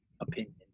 opinion